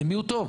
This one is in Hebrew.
למי הוא טוב?